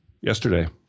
yesterday